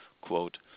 quote